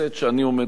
שאני עומד בראשה.